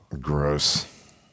Gross